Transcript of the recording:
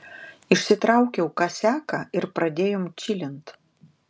išsitraukiau kasiaką ir pradėjom čilint